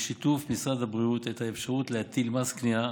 בשיתוף משרד הבריאות, את האפשרות להטיל מס קנייה